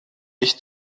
ich